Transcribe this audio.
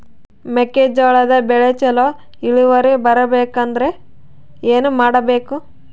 ಮೆಕ್ಕೆಜೋಳದ ಬೆಳೆ ಚೊಲೊ ಇಳುವರಿ ಬರಬೇಕಂದ್ರೆ ಏನು ಮಾಡಬೇಕು?